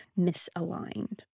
misaligned